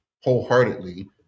wholeheartedly